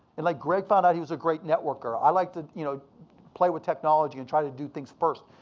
and like greg found out he was a great networker. i like to you know play with technology and try to do things first.